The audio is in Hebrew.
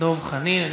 דב חנין.